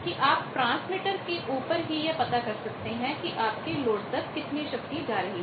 कि आप ट्रांसमीटर के ऊपर ही यह पता कर सकते हैं कि आपके लोड तक कितनी शक्ति जा रही है